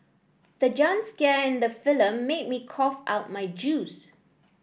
the jump scare in the film made me cough out my juice